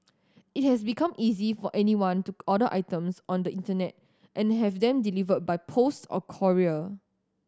it has become easy for anyone to order items on the Internet and have them delivered by post or courier